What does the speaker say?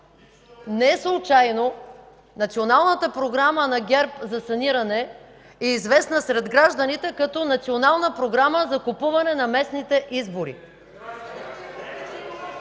неслучайно националната програма на ГЕРБ за саниране е известна сред гражданите като национална програма за купуване на местните избори.